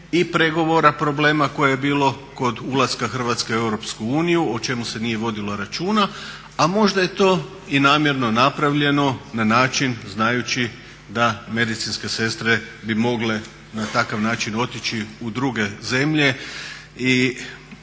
i pregovora problema koje je bilo kod ulaska Hrvatske u Europsku uniju o čemu se nije vodilo računa. A možda je to i namjerno napravljeno na način znajući da medicinske sestre bi mogle na takav način otići u druge zemlje.